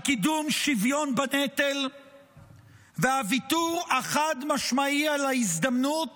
על קידום שוויון בנטל והוויתור החד-משמעי על ההזדמנות